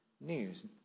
news